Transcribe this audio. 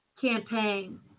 campaign